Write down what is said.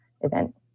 event